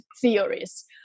theories